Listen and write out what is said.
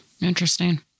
Interesting